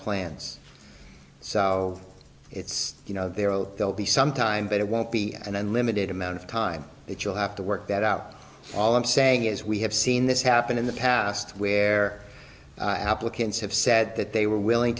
plans sell it's you know their oh they'll be some time but it won't be an unlimited amount of time that you'll have to work that out all i'm saying is we have seen this happen in the past where applicants have said that they were willing